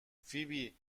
فیبی